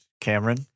Cameron